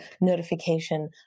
notification